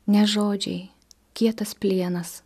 ne žodžiai kietas plienas